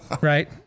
right